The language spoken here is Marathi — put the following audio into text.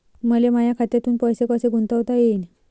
मले माया खात्यातून पैसे कसे गुंतवता येईन?